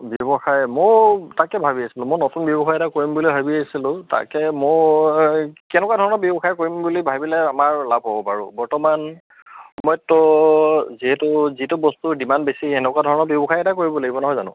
ব্যৱসায় মইও তাকে ভাবি আছিলোঁ মই নতুন ব্যৱসায় এটা কৰিম বুলি ভাবি আছিলোঁ তাকে মই কেনেকুৱা ধৰণৰ ব্যৱসায় কৰিম বুলি ভাবিলে আমাৰ লাভ হ'ব বাৰু বৰ্তমান মইতো যিহেতু যিটো বস্তুৰ ডিমাণ্ড বেছি সেনেকুৱা ধৰণৰ ব্যৱসায় এটা কৰিব লাগিব নহয় জানো